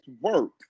work